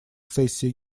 сессии